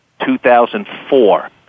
2004